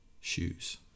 shoes